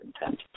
intent